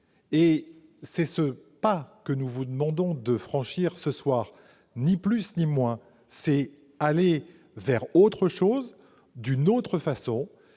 Tel est le pas que nous vous demandons de franchir ce soir, ni plus, ni moins : aller vers autre chose, d'une autre façon,